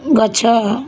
ଗଛ